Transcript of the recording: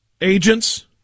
agents